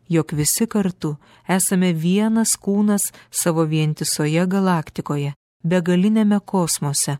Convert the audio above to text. jog visi kartu esame vienas kūnas savo vientisoje galaktikoje begaliniame kosmose